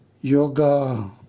Yoga